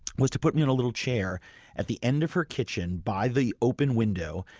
was to put me on a little chair at the end of her kitchen by the open window.